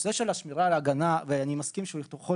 בנושא השמירה וההגנה ואני מסכים שיכול